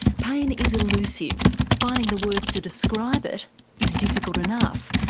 pain is elusive, finding the words to describe it is difficult enough,